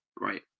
right